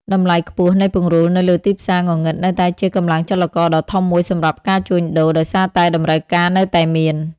តម្លៃខ្ពស់ នៃពង្រូលនៅលើទីផ្សារងងឹតនៅតែជាកម្លាំងចលករដ៏ធំមួយសម្រាប់ការជួញដូរ ដោយសារតែតម្រូវការនៅតែមាន។